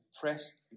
pressed